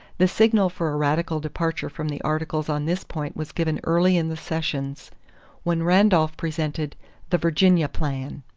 the signal for a radical departure from the articles on this point was given early in the sessions when randolph presented the virginia plan.